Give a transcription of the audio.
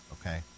Okay